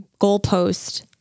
goalpost